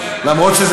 אתה תיענה לי.